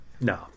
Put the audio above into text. No